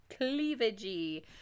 cleavagey